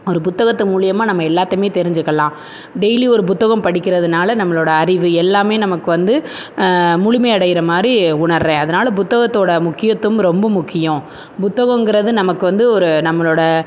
ஒரு புத்தகத்து மூலயமா நம்ம எல்லாத்தையுமே தெரிஞ்சுக்கலாம் டெய்லி ஒரு புத்தகம் படிக்கிறதுனால நம்மளோடய அறிவு எல்லாமே நமக்கு வந்து முழுமை அடையுற மாதிரி உணர்கிறேன் அதனால புத்தகத்தோடய முக்கியத்துவம் ரொம்ப முக்கியம் புத்தகங்கறது நமக்கு வந்து ஒரு நம்மளோடய